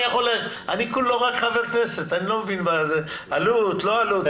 אני רק חבר כנסת, אני לא מבין עלות, לא עלות.